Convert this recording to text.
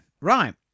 right